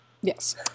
Yes